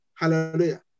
Hallelujah